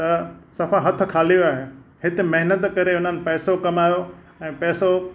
त सफ़ा हथ खाली हुआ हिते महिनत करे हुननि पैसो कमायो ऐं पैसो